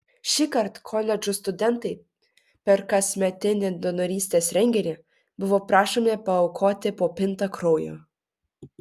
šįkart koledžų studentai per kasmetinį donorystės renginį buvo prašomi paaukoti po pintą kraujo